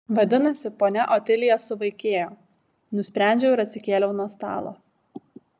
vadinasi ponia otilija suvaikėjo nusprendžiau ir atsikėliau nuo stalo